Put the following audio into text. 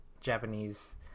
Japanese